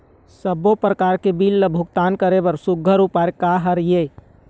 सबों प्रकार के बिल ला भुगतान करे बर सुघ्घर उपाय का हा वे?